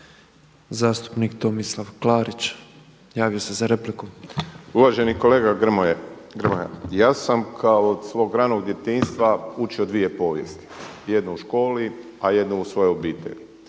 Zastupnik Tomislav Klarić, javio se za repliku. **Klarić, Tomislav (HDZ)** Uvaženi kolega Grmoja, ja sam od svog ranog djetinjstva učio dvije povijesti, jednu u školi a jednu u svojoj obitelji.